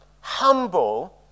humble